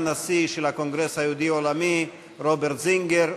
הנשיא של הקונגרס היהודי העולמי רוברט זינגר.